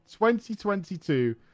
2022